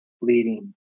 leading